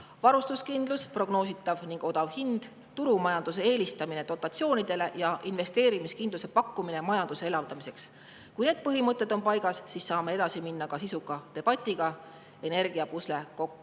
Varustuskindlus, prognoositav ja odav hind, turumajanduse eelistamine dotatsioonidele ning investeerimiskindluse pakkumine majanduse elavdamiseks. Kui need põhimõtted on paigas, siis saame edasi minna ka sisuka debatiga energiapusle kokku